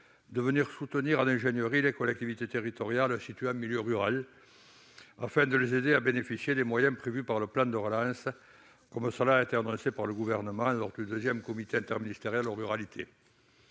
de venir soutenir l'ingénierie des collectivités territoriales situées en milieu rural, afin de les aider à bénéficier des moyens prévus par le plan de relance, comme cela a été annoncé par le Gouvernement lors du deuxième comité interministériel aux ruralités.